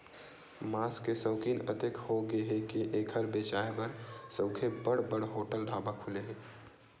मांस के सउकिन अतेक होगे हे के एखर बेचाए बर सउघे बड़ बड़ होटल, ढाबा खुले हे